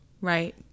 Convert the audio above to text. Right